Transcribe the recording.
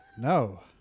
No